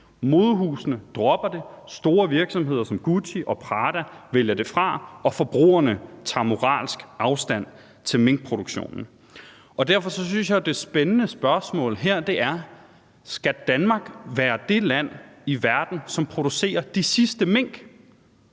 Modehusene dropper det, store virksomheder som Gucci og Prada vælger det fra, og forbrugerne tager moralsk afstand til minkproduktionen. Derfor synes jeg, at det spændende spørgsmål her er: Skal Danmark være det land i verden, som producerer de sidste mink,